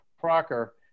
Crocker